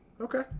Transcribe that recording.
Okay